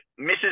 Mrs